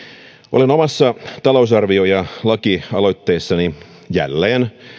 olen omassa talousarvio ja lakialoitteessani jälleen